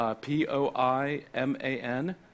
P-O-I-M-A-N